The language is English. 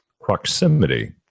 Proximity